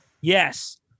Yes